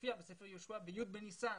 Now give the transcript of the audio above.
שמופיע בספר יהושע, ב-י' בניסן.